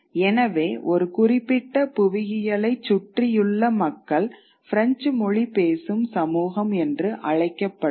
எனவே ஒரு குறிப்பிட்ட புவியியலைச் சுற்றியுள்ள மக்கள் பிரெஞ்சு மொழி பேசும் சமூகம் என்று அழைக்கப்படுவர்